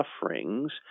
sufferings